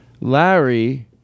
Larry